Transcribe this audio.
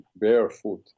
barefoot